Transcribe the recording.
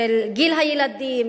של גיל הילדים,